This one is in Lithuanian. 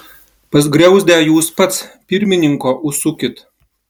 pas griauzdę jūs pats pirmininko užsukit